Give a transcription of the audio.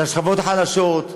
לשכבות החלשות,